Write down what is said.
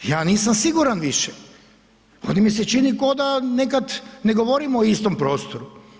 Ja nisam siguran više ali mi se čini ko da nekad ne govorimo o istom prostoru.